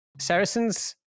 saracen's